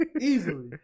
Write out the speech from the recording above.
Easily